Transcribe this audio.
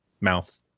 mouth